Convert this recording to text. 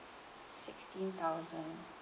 sixteen thousand